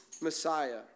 Messiah